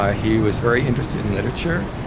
ah he was very interested in literature,